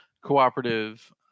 cooperative